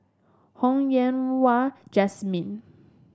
Ho Yen Wah Jesmine